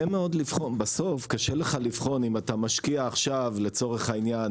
בסוף קשה לך לבחון אם אתה משקיע עכשיו לצורך העניין